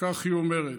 וכך היא אומרת: